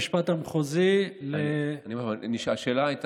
מיתר עומד בראש תוכנית העבודה של